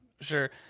Sure